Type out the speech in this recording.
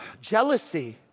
Jealousy